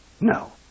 No